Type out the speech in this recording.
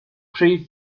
prif